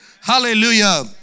Hallelujah